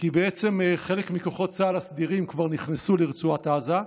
כי חלק מכוחות צה"ל הסדירים כבר נכנסו לרצועת עזה.